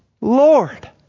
Lord